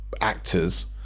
actors